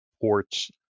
ports